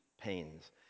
pains